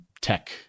Tech